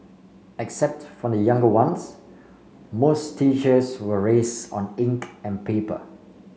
except for the younger ones most teachers were raise on ink and paper